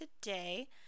today